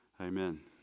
Amen